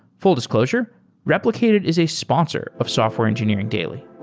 full disclosure replicated is a sponsor of software engineering daily.